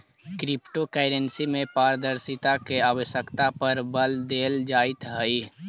crypto currency में पारदर्शिता के आवश्यकता पर बल देल जाइत हइ